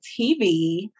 TV